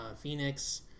Phoenix